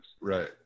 Right